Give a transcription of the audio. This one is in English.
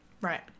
right